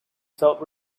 felt